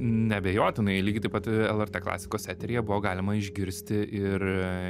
neabejotinai lygiai taip pat lrt klasikos eteryje buvo galima išgirsti ir